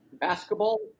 Basketball